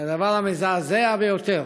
שהדבר המזעזע ביותר